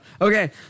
Okay